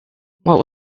what